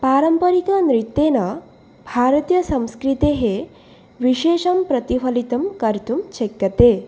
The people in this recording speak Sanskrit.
पारम्परिकनृत्तेन भारतीयसंस्कृतेः विशेषं प्रतिफलितं कर्तुं शक्यते